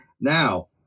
Now